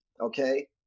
Okay